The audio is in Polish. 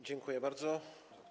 Dziękuję bardzo.